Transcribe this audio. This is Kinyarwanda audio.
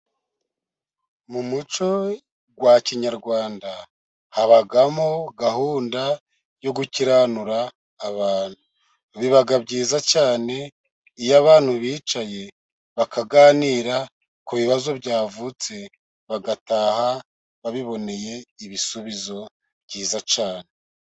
Mu muco wa kinyarwanda, habamo gahunda yo gukiranura abantu, biba byiza cyane iyo abantu bicaye bakaganira ku bibazo byavutse, bagataha babiboneye ibisubizo byiza cyane.